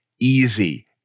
easy